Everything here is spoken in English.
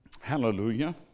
Hallelujah